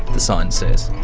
the sign says.